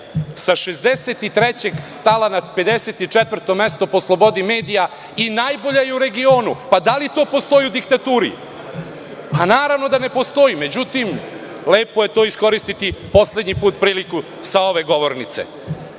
sa 63. stala na 54. mesto po slobodi medija i najbolja je u regionu. Da li to postoji u diktaturi? Naravno da ne postoji, ali lepo je to iskoristiti, poslednji put priliku sa ove govornice. Srpska